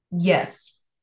Yes